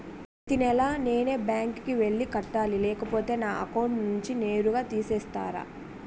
ప్రతి నెల నేనే బ్యాంక్ కి వెళ్లి కట్టాలి లేకపోతే నా అకౌంట్ నుంచి నేరుగా తీసేస్తర?